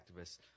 activists